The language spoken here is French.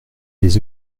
les